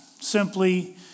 Simply